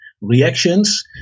reactions